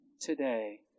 today